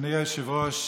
אדוני היושב-ראש,